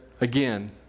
again